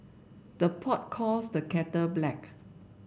the pot calls the kettle black